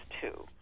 two